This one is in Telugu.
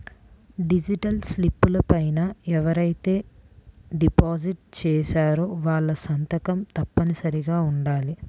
డిపాజిట్ స్లిపుల పైన ఎవరైతే డిపాజిట్ చేశారో వాళ్ళ సంతకం తప్పనిసరిగా ఉండాలి